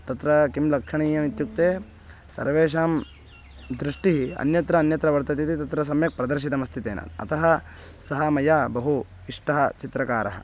तत्र किं लक्षणीयमित्युक्ते सर्वेषां दृष्टिः अन्यत्र अन्यत्र वर्तते इति तत्र सम्यक् प्रदर्शितमस्ति तेन अतः सः मया बहु इष्टः चित्रकारः